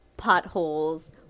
Potholes